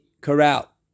corral